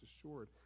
assured